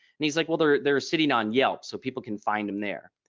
and he's like well they're they're sitting on yelp. so people can find him there.